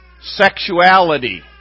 sexuality